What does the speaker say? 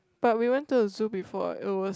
but we went to the zoo before it was